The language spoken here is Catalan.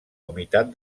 humitat